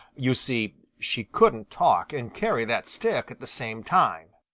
you see, she couldn't talk and carry that stick at the same time.